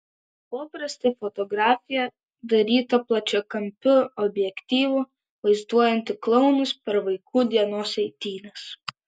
poprastė fotografija daryta plačiakampiu objektyvu vaizduojanti klounus per vaikų dienos eitynes